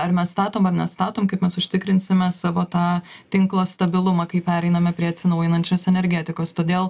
ar mes statom ar nustatom kaip mes užtikrinsime savo tą tinklo stabilumą kai pereiname prie atsinaujinančios energetikos todėl